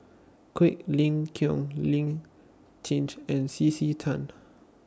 Quek Ling Kiong Lee Tjin and C C Tan